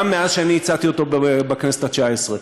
גם כשאני הצעתי אותו בכנסת התשע-עשרה,